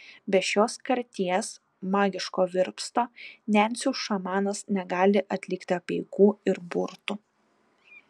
be šios karties magiško virpsto nencų šamanas negali atlikti apeigų ir burtų